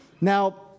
Now